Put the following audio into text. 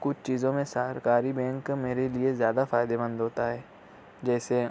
کچھ چیزوں میں سرکاری بینک میرے لیے زیادہ فائدہ مند ہوتا ہے جیسے